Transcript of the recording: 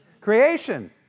Creation